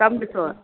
कमु ॾिसो